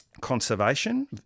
Conservation